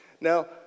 Now